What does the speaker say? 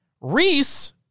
Reese